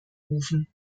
rufen